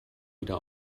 wieder